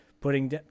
putting